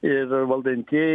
ir valdantieji